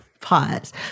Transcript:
Pause